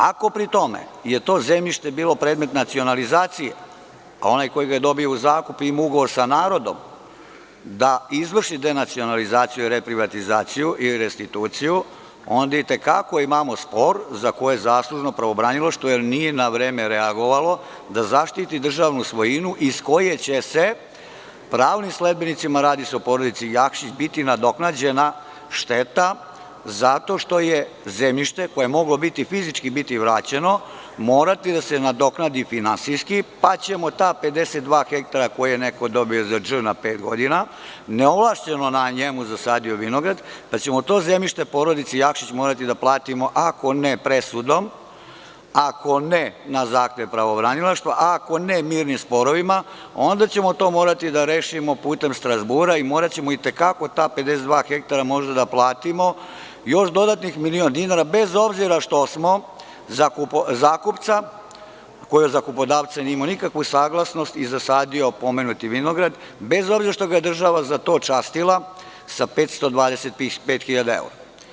Ako je pri tom to zemljište bilo predmet nacionalizacije, a onaj ko ga je dobio u zakup ima ugovor sa narodom da izvrši denacionalizaciju i reprivatizaciju ili restituciju, onda i te kako imam spor za koje je zaslužno pravobranilaštvo jer nije na vreme reagovalo da zaštiti državnu svojinu iz koje će se pravnim sledbenicima, a radi se o porodici Jakšić, biti nadoknađena šteta zato što je zemljište koje je moglo biti fizički vraćeno morati da se nadoknadi finansijski, pa ćemo ta 52 hektara koje je neko dobio za dž na pet godina, neovlašćeno na njemu zasadio vinograd, morati da platimo ako ne presudom, ako ne na zahtev pravobranilaštva, ako ne mirnim sporovima onda ćemo putem Strazbura i moraćemo i te kako ta 52 hektara da platimo još dodatnih milion dinara bez obzira što smo zakupca, koji za zakupodavca nije imao nikakvu saglasnost i zasadio pomenuti vinograd, bez obzira što ga je država za to častila sa 525 hiljada evra.